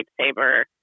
lightsaber